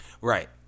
Right